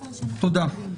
תודה.